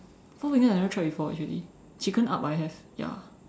Four Fingers I never try before actually Chicken Up I have ya